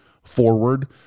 Forward